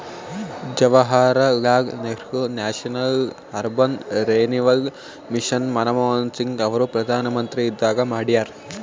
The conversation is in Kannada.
Jawaharlal Nehru national urban renewal mission Manmohan Singh ಅವರು ಪ್ರಧಾನ್ಮಂತ್ರಿ ಇದ್ದಾಗ ಮಾಡ್ಯಾರ್